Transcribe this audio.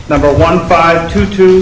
number one five two two